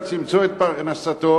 לחוץ-לארץ למצוא את פרנסתו,